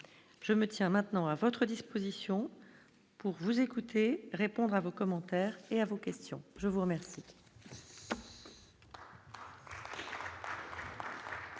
je me tiens maintenant à votre disposition pour vous écouter, répondre à vos commentaires et à vos questions, je vous remercie.